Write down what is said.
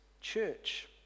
church